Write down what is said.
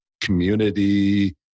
community